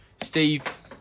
Steve